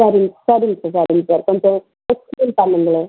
சரிங்க சரிங்க சார் சரிங்க சார் கொஞ்சம் எக்ஸ்ப்ளைன் பண்ணுங்களேன்